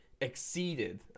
exceeded